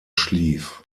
schlief